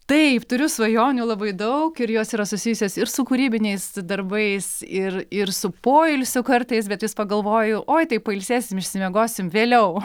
taip turiu svajonių labai daug ir jos yra susijusios ir su kūrybiniais darbais ir ir su poilsiu kartais bet vis pagalvoju oi tai pailsėsim išsimiegosim vėliau